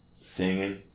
singing